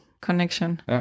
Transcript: connection